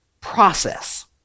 process